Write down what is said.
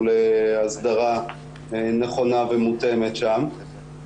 המטרה היא להחזיר אותם כמה שיותר מהר לביתם,